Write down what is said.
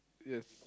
yes